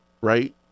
right